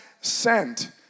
sent